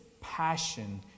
passion